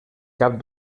cap